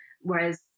Whereas